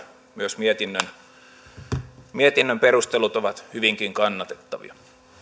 myös mietinnön mietinnön perustelut ovat hyvinkin kannatettavia